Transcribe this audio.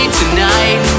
tonight